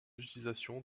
utilisation